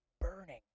burning